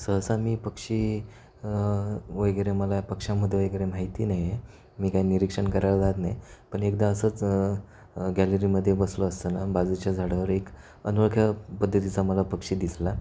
सहसा मी पक्षी वगैरे मला पक्ष्यांमध्ये वगैरे माहिती नाही आहे मी काही निरीक्षण करायला जात नाही पण एकदा असंच गॅलरीमध्ये बसलो असताना बाजूच्या झाडावर एक अनोळख्या पद्धतीचा मला पक्षी दिसला